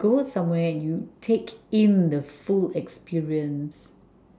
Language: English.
go somewhere and you take in the full experience